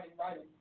writing